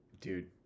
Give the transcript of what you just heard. dude